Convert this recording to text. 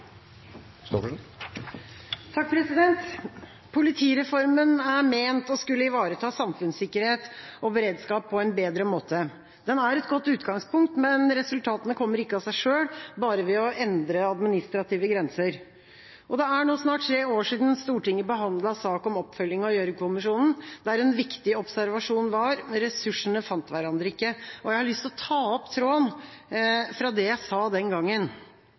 ment å skulle ivareta samfunnssikkerhet og beredskap på en bedre måte. Den er et godt utgangspunkt, men resultatene kommer ikke av seg selv bare ved å endre administrative grenser. Det er nå snart tre år siden Stortinget behandlet saken om oppfølging av Gjørv-kommisjonen, der en viktig observasjon var: Ressursene fant hverandre ikke. Jeg har lyst til å ta opp tråden fra det jeg sa den gangen.